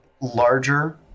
larger